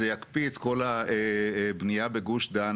זה יקפיא את כל הבנייה בגוש דן.